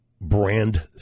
brand